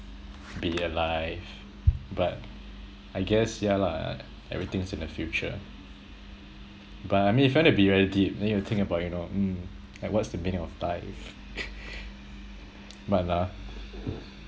be alive but I guess ya lah everything's in the future but I mean if you want to be very deep then you think about you know mm like what's the meaning of life